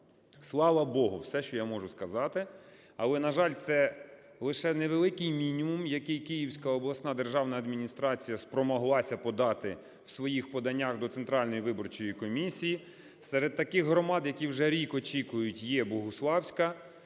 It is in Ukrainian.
Слава Богу, все, що я можу сказати. Але, на жаль, це лише невеликий мінімум, який Київська обласна державна адміністрація спромоглася подати в своїх поданнях до Центральної виборчої комісії. Серед таких громад, які вже рік очікують, є Богуславська